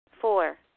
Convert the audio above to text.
Four